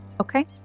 Okay